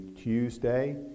Tuesday